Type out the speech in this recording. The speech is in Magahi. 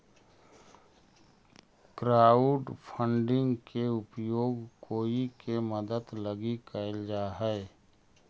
क्राउडफंडिंग के उपयोग कोई के मदद लगी कैल जा हई